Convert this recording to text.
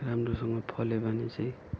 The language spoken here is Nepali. राम्रोसँग फल्यो भने चाहिँ